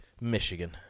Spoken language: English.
Michigan